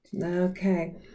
Okay